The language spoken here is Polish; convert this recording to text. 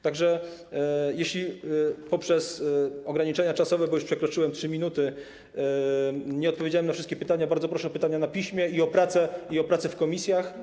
Tak że jeśli przez ograniczenia czasowe, bo już przekroczyłem 3 minuty, nie odpowiedziałem na wszystkie pytania, bardzo proszę o złożenie pytań na piśmie i o pracę w komisjach.